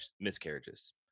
miscarriages